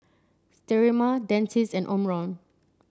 Sterimar Dentiste and Omron